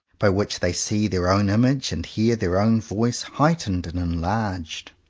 by which they see their own image and hear their own voice heightened and en larged.